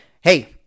Hey